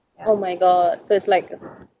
oh my god so it's like